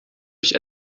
dich